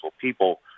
people